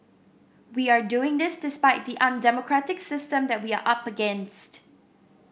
we are doing this despite the undemocratic system that we are up against